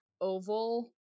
oval